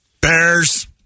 Bears